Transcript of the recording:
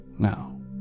Now